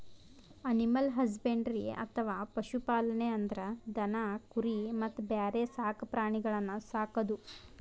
animal husbandry ಅಥವಾ ಪಶು ಪಾಲನೆ ಅಂದ್ರ ದನ ಕುರಿ ಮತ್ತ್ ಬ್ಯಾರೆ ಸಾಕ್ ಪ್ರಾಣಿಗಳನ್ನ್ ಸಾಕದು